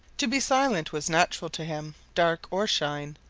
to be silent was natural to him, dark or shine.